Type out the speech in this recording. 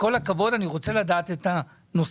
כל הכבוד ואני רוצה לדעת את הנושאים,